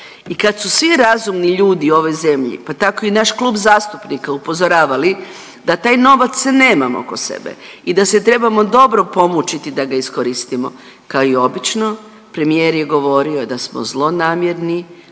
I kad su svi razumni ljudi u ovoj zemlji, pa tako i naš klub zastupnika upozoravali da taj novac nemamo oko sebe i da se trebamo dobro pomučiti da ga iskoristimo, kao i obično, premijer je govorio da smo zlonamjerni,